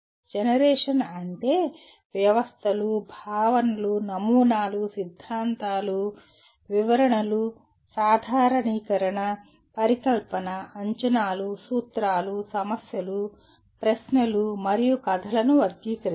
generation అంటే వ్యవస్థలు భావనలు నమూనాలు సిద్ధాంతాలు వివరణలు సాధారణీకరణ పరికల్పన అంచనాలు సూత్రాలు సమస్యలు ప్రశ్నలు మరియు కథలను వర్గీకరించడం